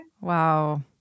Wow